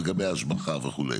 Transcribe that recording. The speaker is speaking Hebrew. לגבי ההשבחה וכו'.